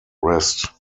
rest